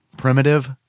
Primitive